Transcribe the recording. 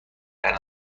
کردم